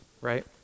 right